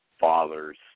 fathers